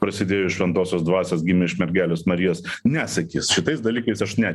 prasidėjus šventosios dvasios gimė iš mergelės marijos ne sakys šitais dalykais aš ne